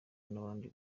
n’abandi